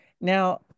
Now